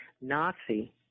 Nazi